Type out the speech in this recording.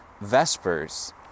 Vespers